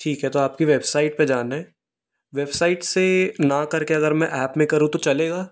ठीक है तो आपकी वेबसाइट पे जाना है वेबसाइट से ना करके अगर मैं ऐप में करूँ तो चलेगा